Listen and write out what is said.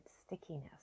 stickiness